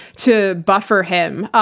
to buffer him,